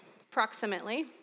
approximately